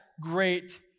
great